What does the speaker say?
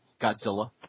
Godzilla